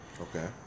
Okay